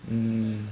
mm